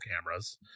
cameras